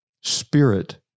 spirit